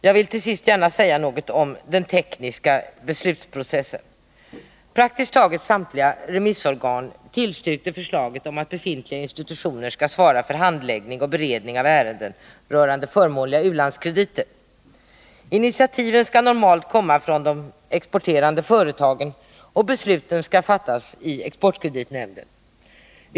Jag vill till sist gärna säga något om den tekniska beslutsprocessen. Praktiskt taget samtliga remissorgan tillstyrkte förslaget om att befintliga institutioner skall svara för handläggning och beredning av ärenden rörande förmånliga u-landskrediter. Initiativen skall normalt komma från de exporterande företagen, och besluten skall fattas i exportkreditnämnden.